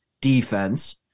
defense